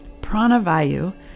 Pranavayu